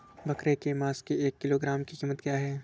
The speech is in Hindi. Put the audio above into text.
बकरे के मांस की एक किलोग्राम की कीमत क्या है?